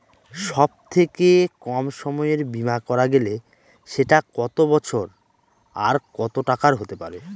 সব থেকে কম সময়ের বীমা করা গেলে সেটা কত বছর আর কত টাকার হতে পারে?